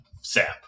sap